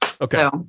Okay